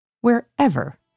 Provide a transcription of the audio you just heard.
wherever